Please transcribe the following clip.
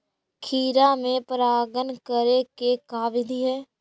खिरा मे परागण करे के का बिधि है?